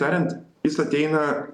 tariant jis ateina